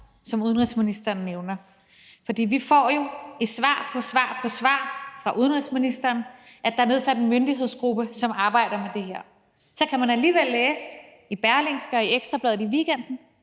som udenrigsministeren nævner. For vi får jo i svar på svar fra udenrigsministeren at vide, at der er nedsat en myndighedsgruppe, som arbejder med det her, men så kan man alligevel læse i Berlingske og i Ekstra Bladet i weekenden,